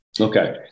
Okay